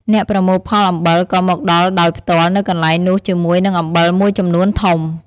អ្នកប្រមូលផលអំបិលក៏មកដល់ដោយផ្ទាល់នៅកន្លែងនោះជាមួយនឹងអំបិលមួយចំនួនធំ។